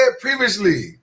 previously